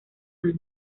mano